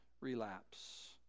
relapse